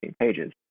pages